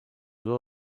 well